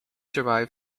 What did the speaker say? derived